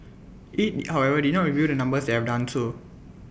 IT however did not reveal the numbers that have done to